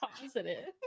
positive